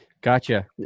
Gotcha